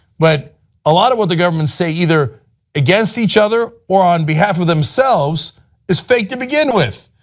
but a lot of what the governments say either against each other or on behalf of themselves is fake to begin with.